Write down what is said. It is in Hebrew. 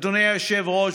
אדוני היושב-ראש,